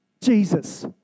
Jesus